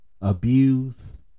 abuse